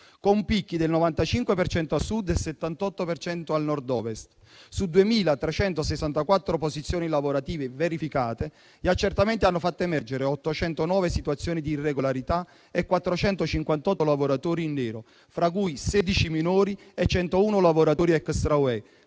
al Sud e del 78 per cento al Nord-Ovest: su 2.364 posizioni lavorative verificate, gli accertamenti hanno fatto emergere 809 situazioni di irregolarità e 458 lavoratori in nero, fra cui 16 minori e 101 lavoratori extracomunitari,